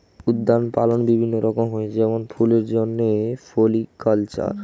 উদ্যান পালন বিভিন্ন রকম হয় যেমন ফুলের জন্যে ফ্লোরিকালচার